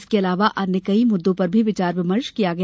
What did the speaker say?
इसके अलावा अन्य कई मुददों पर भी विचार विमर्श किया गया